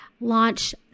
launch